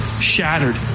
shattered